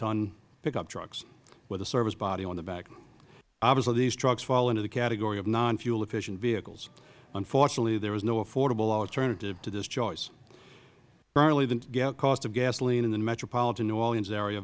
ton pickup trucks with a service body on the back obviously these trucks fall into the category of nonfuel efficient vehicles unfortunately there is no affordable alternative to this choice currently the cost of gasoline in the metropolitan new orleans area